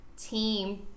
team